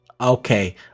Okay